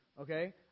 okay